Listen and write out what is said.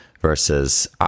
versus